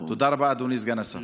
תודה רבה, אדוני סגן השר.